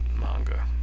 manga